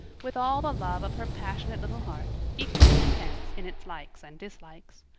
with all the love of her passionate little heart, equally intense in its likes and dislikes.